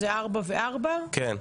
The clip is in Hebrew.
2. הצעת חוק שירות ביטחון (הצבת יוצאי